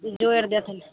जोड़ि देथिन